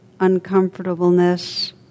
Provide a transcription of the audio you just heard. uncomfortableness